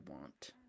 want